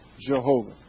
Jehovah